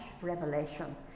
revelation